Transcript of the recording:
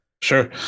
Sure